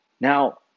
Now